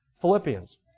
Philippians